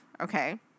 Okay